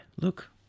look